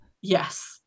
Yes